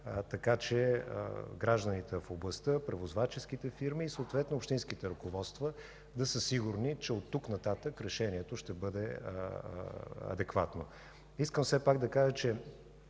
така че гражданите от областта, превозваческите фирми и съответно общинските ръководства да са сигурни, че от тук нататък решението ще бъде адекватно. Искам все пак да кажа, че